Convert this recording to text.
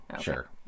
sure